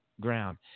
ground